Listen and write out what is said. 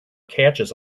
catches